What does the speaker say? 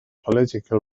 political